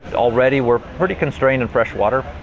already we're pretty constrained in fresh water.